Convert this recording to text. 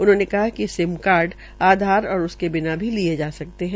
उन्होंने कहा कि सिम कार्ड आधार और उसके बिना भी लिये जा सकते है